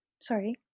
sorry